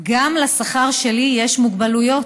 גם לשכר שלי יש מוגבלויות.